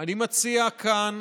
אני מציע כאן